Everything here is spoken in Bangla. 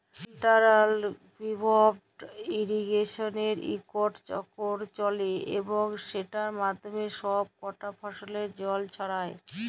সেলটারাল পিভট ইরিগেসলে ইকট চক্কর চলে এবং সেটর মাধ্যমে ছব কটা ফসলে জল ছড়ায়